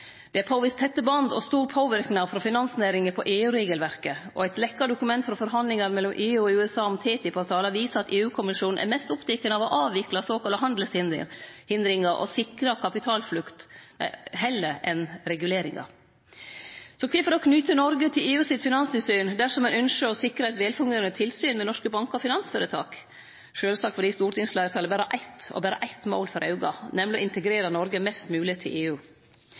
Det er påvist tette band og stor påverknad frå finansnæringa på EU-regelverket, og eit leke dokument frå forhandlingar mellom EU og USA om TTIP-avtalen viser at EU-kommisjonen er mest oppteken av å avvikle såkalla handelshindringar og sikre kapitalflukt, heller enn reguleringar. Så kvifor då knyte Noreg til EUs finanstilsyn dersom ein ynskjer å sikre eit velfungerande tilsyn med norske bank- og finansføretak? Sjølvsagt fordi stortingsfleirtalet har eitt, og berre eitt, mål for auge, nemleg å integrere Noreg mest mogleg i EU. I går vart me vitner til